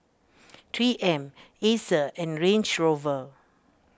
three M Acer and Range Rover